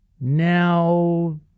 Now